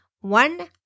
One